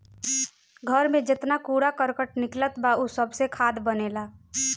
घर में जेतना कूड़ा करकट निकलत बा उ सबसे खाद बनेला